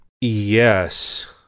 Yes